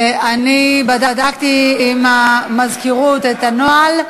אני בדקתי במזכירות את הנוהל,